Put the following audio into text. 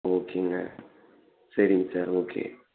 ஓகேங்க சரிங்க sir okay